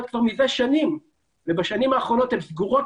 הן עובדות